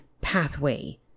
pathway